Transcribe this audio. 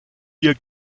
ihr